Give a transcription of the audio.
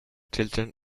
children